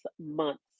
months